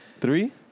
Three